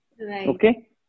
okay